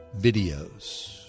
videos